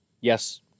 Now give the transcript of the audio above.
Yes